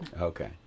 okay